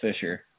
fisher